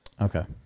Okay